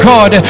God